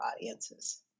audiences